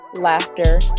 laughter